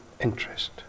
interest